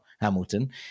Hamilton